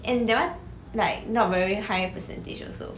and that one like not very high percentage also